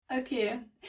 Okay